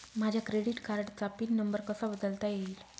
माझ्या क्रेडिट कार्डचा PIN number कसा बदलता येईल?